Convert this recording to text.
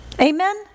Amen